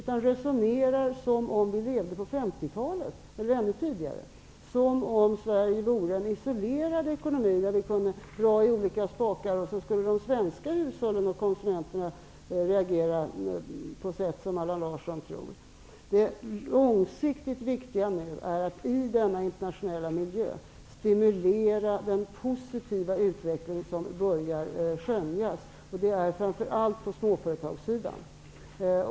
Han resonerar som om vi levde på 50-talet, eller ännu tidigare, som om Sverige vore en isolerad ekonomi där vi kunde dra i olika spakar för att de svenska hushållen och konsumenterna skulle reagera på det sätt som Allan Larsson tror. Det långsiktigt viktiga nu är att i denna internationella miljö stimulera den positiva utveckling som framför allt börjar att skönjas på småföretagssidan.